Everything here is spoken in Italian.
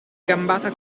gambata